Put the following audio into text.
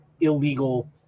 illegal